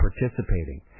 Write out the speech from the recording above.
participating